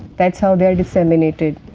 that is how they are disseminated.